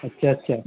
اچھا اچھا